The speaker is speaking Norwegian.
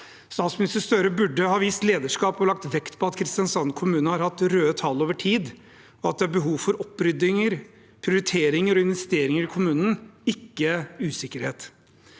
Statsminister Støre burde ha vist lederskap og lagt vekt på at Kristiansand kommune har hatt røde tall over tid, og at det er behov for oppryddinger, prioriteringer og investeringer i kommunen, ikke usikkerhet.